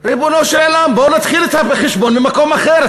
ריבונו של עולם, בואו נתחיל את החשבון ממקום אחר.